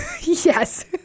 Yes